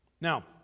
Now